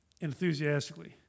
enthusiastically